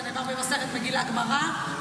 זה נאמר במסכת מגילה גמרא,